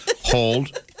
hold